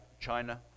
China